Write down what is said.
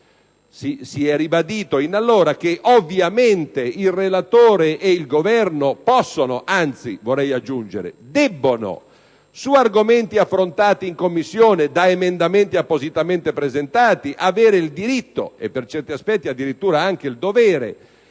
Si è ribadito, cioè, che ovviamente il relatore ed il Governo possono, anzi, vorrei aggiungere, debbono, su argomenti affrontati in Commissione da emendamenti appositamente preparati, avere il diritto e, per certi aspetti addirittura anche il dovere, di